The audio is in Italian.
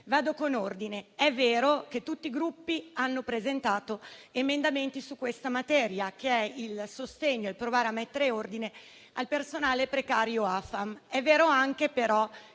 Procedo con ordine. È vero che tutti i Gruppi hanno presentato emendamenti su questa materia, che è il tentativo di provare a mettere ordine al personale precario Alta formazione